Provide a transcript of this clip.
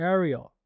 Ariel